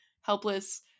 helpless